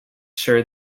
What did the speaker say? sure